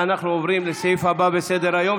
ואנחנו עוברים לסעיף הבא בסדר-היום,